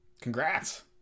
Congrats